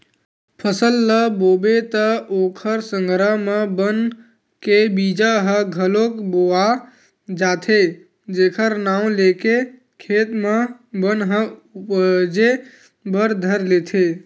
फसल ल बोबे त ओखर संघरा म बन के बीजा ह घलोक बोवा जाथे जेखर नांव लेके खेत म बन ह उपजे बर धर लेथे